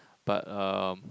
but erm